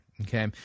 Okay